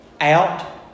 out